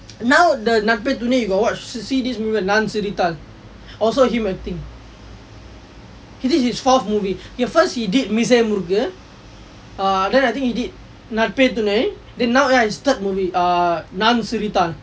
now the Natpe Thunai thunai you got watch see this movie Naan Sirithal sirithaal also him acting he did his fourth movie the first he did Meesaya Murukku murukku err then I think he did Natpe Thunai thunai then his third movie err Naan Sirithal sirithaal